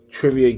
trivia